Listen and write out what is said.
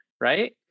right